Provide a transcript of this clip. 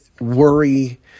worry